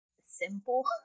simple